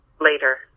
later